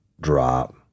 drop